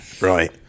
right